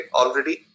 already